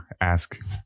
ask